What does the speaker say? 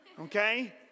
Okay